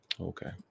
Okay